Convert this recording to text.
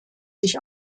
sich